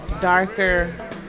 darker